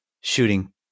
shooting